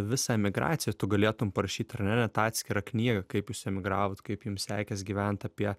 visą emigraciją tu galėtum parašyt ar ne net atskirą knygą kaip jūs emigravot kaip jum sekės gyvent apie